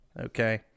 Okay